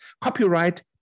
Copyright